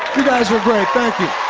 you guys are great. thank you.